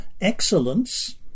excellence